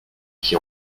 qui